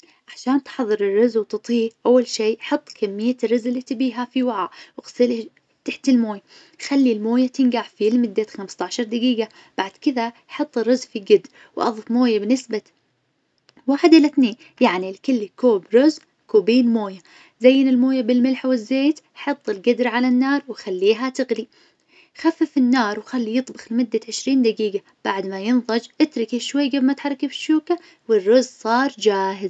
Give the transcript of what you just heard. عشان تحظر الرز وتطهيه أول شي حط كمية الرز اللي تبيها في وعاء واغسله تحت الموي خلي المويه تنقع فيه لمدة خمسة عشر دقيقة، بعد كذا حط الرز في قدر واظف مويه بنسبة واحد الى اثنين يعني لكل كوب رز كوبين مويه، زين الموية بالملح والزيت، حط القدر على النار وخليها تغلي، خفف النار وخليه يطبخ لمدة عشرين دقيقة بعد ما ينضج اتركه شوي قبل ما تحركه بالشوكة والرز صار جاهز.